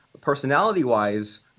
personality-wise